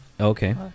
Okay